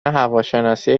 هواشناسی